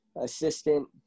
assistant